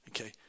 Okay